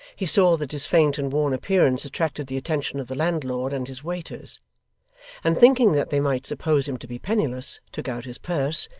he saw that his faint and worn appearance attracted the attention of the landlord and his waiters and thinking that they might suppose him to be penniless, took out his purse,